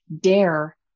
dare